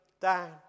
down